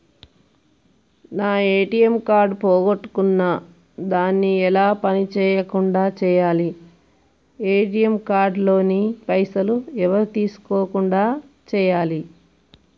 నా ATM card పోగొట్టుకున్నా దాన్ని ఎలా పని చేయకుండా చేయాలి ఏ.టి.ఎమ్ కార్డు లోని పైసలు ఎవరు తీసుకోకుండా చేయాలి?